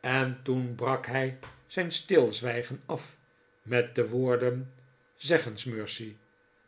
en toen brak hij zijn stilzwijgen af met de woorden zeg eens mercy